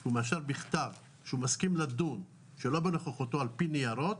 הוא מאשר בכתב שהוא מסכים לדון שלא בנוכחותו על פי ניירות,